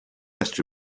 best